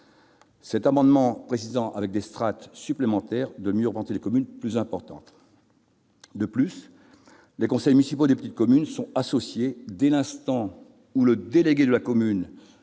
Cet amendement a permis, en instituant des strates supplémentaires, de mieux représenter les communes plus importantes. De surcroît, les conseils municipaux des petites communes sont associés dès l'instant où le délégué de la commune